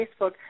Facebook